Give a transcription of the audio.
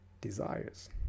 desires